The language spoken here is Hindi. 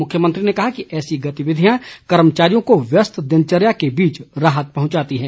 मुख्यमंत्री ने कहा कि ऐसी गतिविधियां कर्मचारियों को व्यस्त दिनचर्या के बीच राहत पहुंचाती है